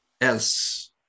else